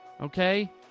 Okay